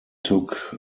took